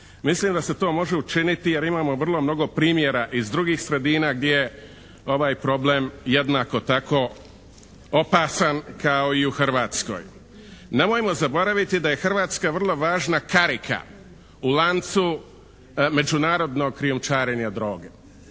Mislim da se to može učiniti jer imamo vrlo mnogo primjera iz drugih sredina gdje je ovaj problem jednako tako opasan kao i u Hrvatskoj. Nemojmo zaboraviti da je Hrvatska vrlo važna karika u lancu međunarodnog krijumčarenja droge.